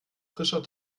frischer